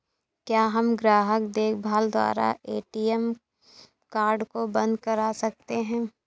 क्या हम ग्राहक देखभाल द्वारा ए.टी.एम कार्ड को बंद करा सकते हैं?